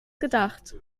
gedacht